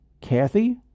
Kathy